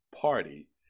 party